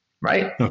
right